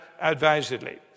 advisedly